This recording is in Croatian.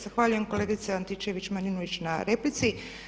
Zahvaljujem kolegice Antičević-Marinović na replici.